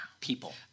people